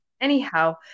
anyhow